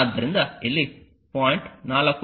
ಆದ್ದರಿಂದ ಇಲ್ಲಿ 0